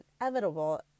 inevitable